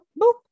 boop